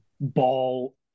ball